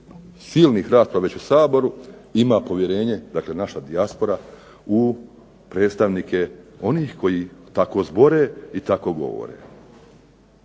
silnih rasprava već u Saboru ima povjerenje. Dakle, naša dijaspora u predstavnike onih koji tako zbore i tako govore.